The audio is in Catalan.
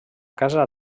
casa